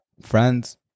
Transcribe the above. friends